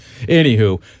Anywho